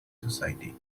society